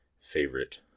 favorite